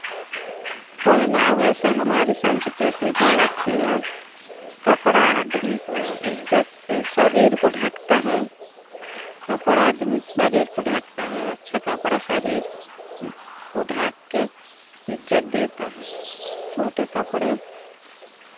पहनावे से हमारी संस्कृति झलकती है कपड़ा आदमी को इज़्ज़त शरीर को ढकता है कपड़ा आदमी के शरीर को ढकता है अच्छा कपड़ा शरीर उसको ढाक के इज्जत देता है छोटे कपड़े